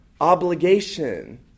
obligation